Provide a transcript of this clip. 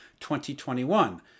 2021